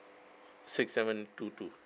six seven two two